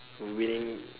winning